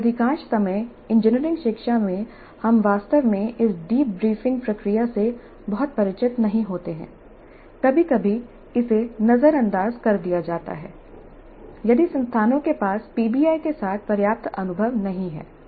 क्योंकि अधिकांश समय इंजीनियरिंग शिक्षा में हम वास्तव में इस डीब्रीफिंग प्रक्रिया से बहुत परिचित नहीं होते हैं कभी कभी इसे नजरअंदाज कर दिया जाता है यदि संस्थानों के पास पीबीआई के साथ पर्याप्त अनुभव नहीं है